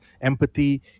empathy